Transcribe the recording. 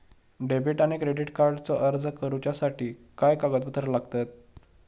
Debit आणि credit कार्डचो अर्ज करुच्यासाठी काय कागदपत्र लागतत?